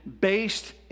based